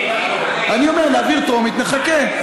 אני אומר: נעביר בטרומית, נחכה.